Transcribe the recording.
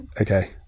Okay